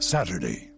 Saturday